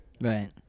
Right